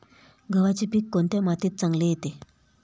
गव्हाचे पीक कोणत्या मातीत चांगले येते?